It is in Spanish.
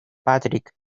patrick